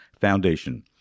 Foundation